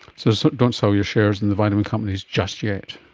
so so don't sell your shares in the vitamin companies just yet.